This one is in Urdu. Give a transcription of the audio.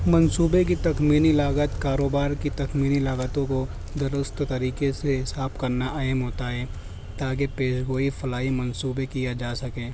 منصوبے کی تخمینی لاگت کاروبار کی تخمینی لاگتوں کو درست طریقے سے حساب کرنا اہم ہوتا ہے تاکہ پیش گوئی فلاحی منصوبے کیا جا سکیں